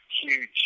huge